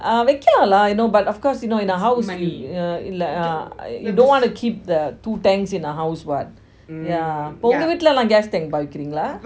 ah வெக்கிலாம்ல:vekkilamla lah but of course you know in a house we uh we don't want to keep two tanks in a house [what] yeah உங்க வீட்டுலலாம்:unga veetulalam gas tank வெக்கிறிங்களா:vekkiringala